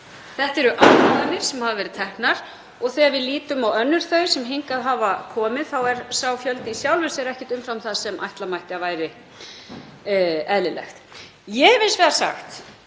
Þetta eru ákvarðanir sem hafa verið teknar. Þegar við lítum á önnur þau sem hingað hafa komið er sá fjöldi í sjálfu sér ekkert umfram það sem ætla mætti að væri eðlilegt. Ég hef hins vegar sagt